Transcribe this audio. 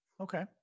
Okay